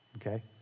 Okay